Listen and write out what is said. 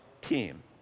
team